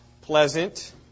pleasant